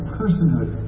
personhood